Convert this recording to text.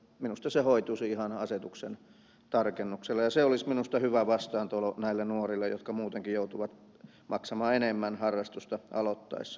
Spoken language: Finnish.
minusta se hoituisi ihan asetuksen tarkennuksella ja se olisi minusta hyvä vastaantulo näille nuorille jotka muutenkin joutuvat maksamaan enemmän harrastusta aloittaessaan